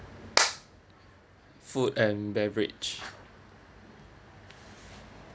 food and beverage